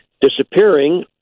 disappearing